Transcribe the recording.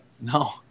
No